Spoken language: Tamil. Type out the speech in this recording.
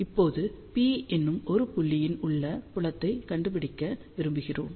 இப்போது P என்னும் ஒரு புள்ளியில் உள்ள புலத்தை கண்டுபிடிக்க விரும்புகிறோம்